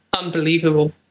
unbelievable